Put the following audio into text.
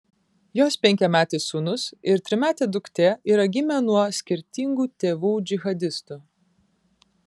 jos penkiametis sūnus ir trimetė duktė yra gimę nuo skirtingų tėvų džihadistų